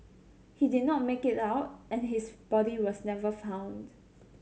he did not make it out and his body was never found